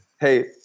Hey